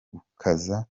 gukaza